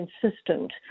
consistent